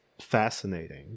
fascinating